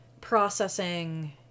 processing